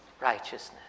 righteousness